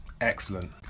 excellent